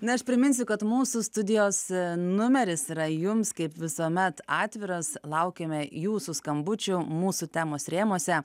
ne aš priminsiu kad mūsų studijos numeris yra jums kaip visuomet atviras laukiame jūsų skambučių mūsų temos rėmuose